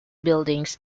buildings